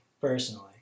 personally